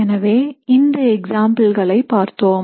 எனவே இந்த உதாரணங்களை பார்த்தோம்